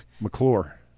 McClure